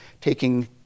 taking